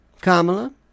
Kamala